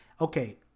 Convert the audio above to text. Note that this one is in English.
okay